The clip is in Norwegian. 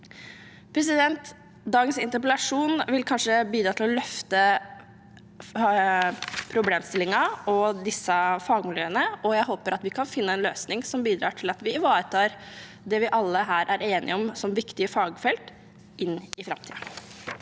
Dagens interpellasjon vil kanskje bidra til å løfte fram problemstillingen og disse fagmiljøene, og jeg håper vi kan finne en løsning som bidrar til at vi ivaretar det vi alle her er enige om at er viktige fagfelt, inn i framtiden.